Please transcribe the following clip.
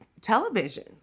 television